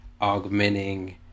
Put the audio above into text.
augmenting